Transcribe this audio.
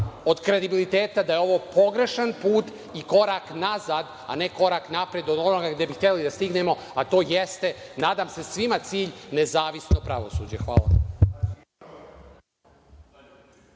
od kredibiliteta, da je ovo pogrešan put i korak nazad, a ne korak napred od onoga gde bi hteli da stignemo, a to jeste, nadam se, svima cilj – nezavisno pravosuđe. Hvala.